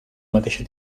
mateixa